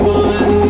one